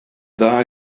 dda